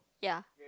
ya